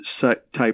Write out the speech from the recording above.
type